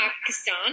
Pakistan